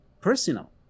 personal